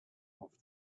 off